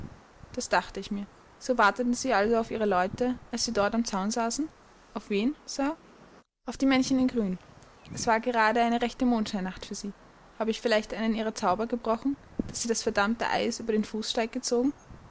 das dachte ich mir so warteten sie also auf ihre leute als sie dort am zaun saßen auf wen sir auf die männchen in grün es war gerade eine rechte mondscheinnacht für sie habe ich vielleicht einen ihrer zauber gebrochen daß sie das verdammte eis über den fußsteig zogen